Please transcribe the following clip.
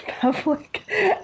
public